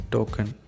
Token